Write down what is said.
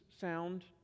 sound